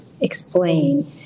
explain